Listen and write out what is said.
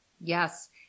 Yes